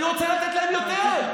אני רוצה לתת להם יותר.